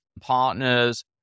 partners